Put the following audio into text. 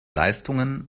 leistungen